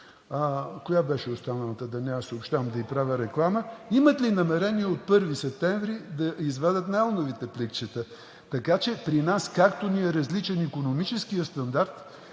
коя беше останалата – да не я съобщавам да ѝ правя реклама, имат ли намерение от 1 септември да извадят найлоновите пликчета?! Така че при нас както ни е различен икономическият стандарт,